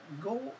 go